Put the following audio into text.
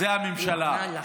זו הממשלה.